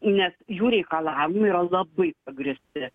nes jų reikalavimai yra labai pagrįsti